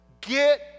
Get